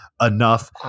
enough